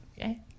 okay